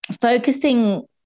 focusing